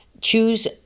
choose